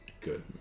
Good